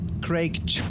Craig